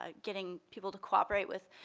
ah getting people to cooperate with,